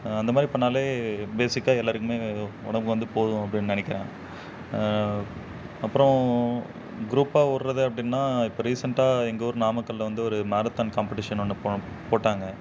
அந்த மாதிரி பண்ணிணாலே பேசிக்காக எல்லோருக்குமே உடம்பு வந்து போதும் அப்படின்னு நினைக்கிறேன் அப்புறோம் குரூப்பாக ஓடுறது அப்படின்னா இப்போ ரீசென்ட்டாக எங்கள் ஊர் நாமக்கல்லில் வந்து ஒரு மேரத்தான் காம்பட்டிஷன் ஒன்று போ போட்டாங்க